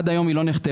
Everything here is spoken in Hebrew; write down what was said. עד היום היא לא נחתמה,